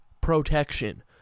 protection